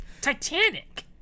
Titanic